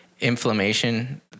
inflammation